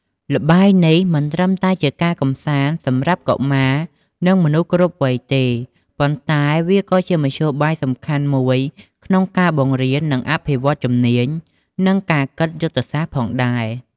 ល្បែងនេះមិនត្រឹមតែជាការកម្សាន្តសម្រាប់កុមារនិងមនុស្សគ្រប់វ័យទេ ប៉ុន្តែវាក៏ជាមធ្យោបាយសំខាន់មួយក្នុងការបង្រៀន និងអភិវឌ្ឍជំនាញ និងគិតយុទ្ធសាស្ត្រផងដែរ។